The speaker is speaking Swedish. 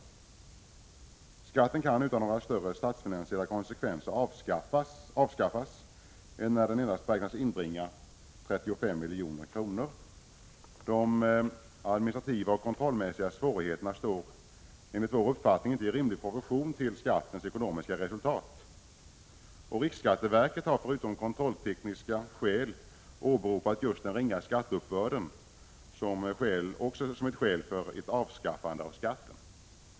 1 Kassettskatten kan utan några större statsfinansiella konsekvenser avskaffas, enär den endast beräknas inbringa 35 milj.kr. De administrativa och kontrollmässiga svårigheterna står enligt vår uppfattning inte i rimlig proportion till skattens ekonomiska resultat. Riksskatteverket har förutom kontrolltekniska orsaker åberopat just den ringa skatteuppbörden som skäl för ett avskaffande av skatten.